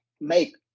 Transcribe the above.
make